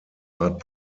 art